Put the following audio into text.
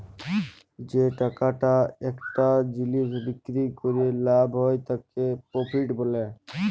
যে টাকাটা একটা জিলিস বিক্রি ক্যরে লাভ হ্যয় তাকে প্রফিট ব্যলে